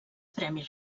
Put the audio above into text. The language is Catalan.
premis